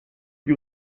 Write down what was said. gli